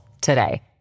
today